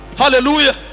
hallelujah